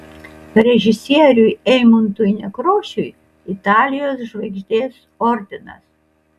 režisieriui eimuntui nekrošiui italijos žvaigždės ordinas